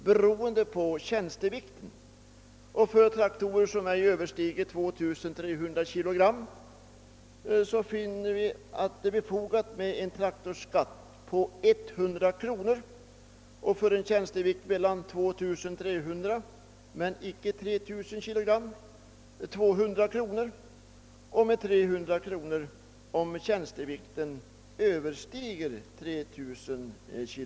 Vi finner det befogat med en skatt på 100 kronor för traktorer med en tjänstevikt ej överstigande 2 300 kg, på 200 kronor om tjänstevikten överstiger 2300 men ej 3 000 kg och 300 kronor om tjänstevikten överstiger 3 000 kg.